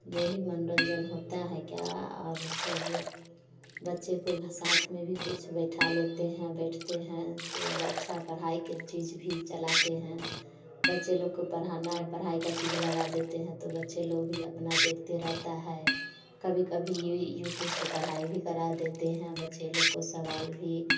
यही मनोरंजन होता है क्या और सब बच्चे को भी साथ में भी कुछ बैठा लेते हैं बैठते हैं तो अच्छा पढ़ाई का चीज भी चलाते हैं बच्चे लोग को पढ़ाना पढ़ाई का भी चीज लगा देते हैं तो बच्चे लोग भी अपना देखते रहता हैं कभी कभी यूट्यूब से पढ़ाई भी करा देते हैं बच्चे लोग को सवाल भी